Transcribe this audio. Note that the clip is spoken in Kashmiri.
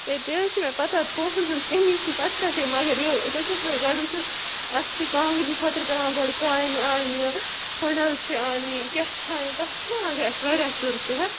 ہے تہِ حظ چھ مےٚ پتاہ پۄنٛسن ہٕنٛز کٔمی چھِ پتہٕ پٮ۪ٹھَے مگر یہِ تۄہہِ چھُو گۄڈٕ وِچھُو اَسہِ چھِ کانٛگرٮ۪ن خٲطرٕ پٮ۪وان گۄڈٕ کانہِ انٛنہِ کۄنٛڈل چھِ اَنٕنۍ کہتانۍ تَتھ چھُ لگان اَسہِ وارِیاہ سٕر صحت